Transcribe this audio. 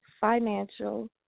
financial